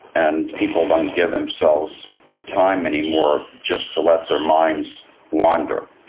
and people don't give themselves time anymore just to let their minds wander.